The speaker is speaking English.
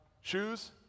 shoes